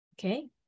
Okay